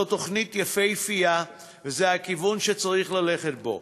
זו תוכנית יפהפייה וזה הכיוון שצריך ללכת בו,